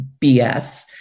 BS